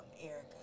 Erica